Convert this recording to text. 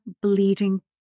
bleeding